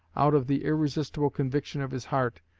out of the irresistible conviction of his heart,